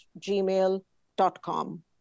gmail.com